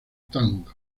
tang